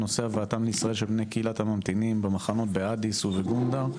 בנושא הבאתם לישראל של בני קהילות הממתינים במחנות באדיס ובגונדר.